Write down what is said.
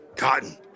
Cotton